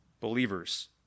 believers